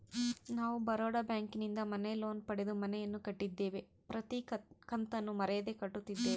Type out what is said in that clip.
ನಾವು ಬರೋಡ ಬ್ಯಾಂಕಿನಿಂದ ಮನೆ ಲೋನ್ ಪಡೆದು ಮನೆಯನ್ನು ಕಟ್ಟಿದ್ದೇವೆ, ಪ್ರತಿ ಕತ್ತನ್ನು ಮರೆಯದೆ ಕಟ್ಟುತ್ತಿದ್ದೇವೆ